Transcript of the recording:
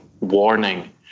warning